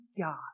God